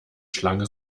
schlange